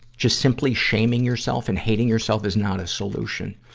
just simply shaming yourself and hating yourself is not a solution.